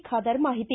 ಖಾದರ್ ಮಾಹಿತಿ